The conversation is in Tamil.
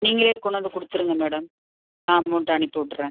நீங்களே கொண்டாந்து கொடுத்துருங்க மேடம் நான் அமௌண்ட் அனுப்பிவிட்டுறேன்